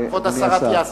כבוד השר אטיאס.